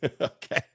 Okay